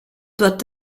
doit